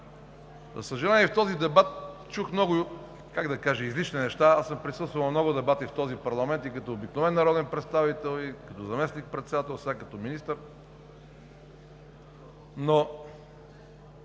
За съжаление, в този дебат чух много излишни неща. Присъствал съм на много дебати в този парламент и като обикновен народен представител и като заместник-председател, а сега и като министър, но